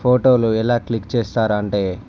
ఫోటోలు ఎలా క్లిక్ చేస్తారంటే